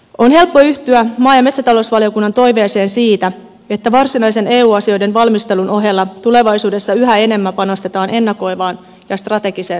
on helppo yhtyä maa ja metsätalousvaliokunnan toiveeseen siitä että varsinaisen eu asioiden valmistelun ohella tulevaisuudessa yhä enemmän panostetaan ennakoivaan ja strategiseen suunnitteluun